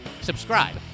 Subscribe